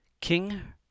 King